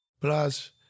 plus